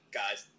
guys